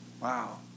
Wow